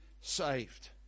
saved